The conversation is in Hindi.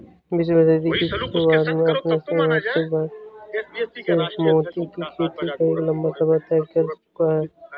बीसवीं सदी की शुरुआत में अपनी शुरुआत के बाद से मोती की खेती एक लंबा सफर तय कर चुकी है